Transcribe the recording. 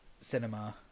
cinema